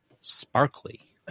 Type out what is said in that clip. Sparkly